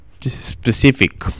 specific